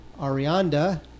Arianda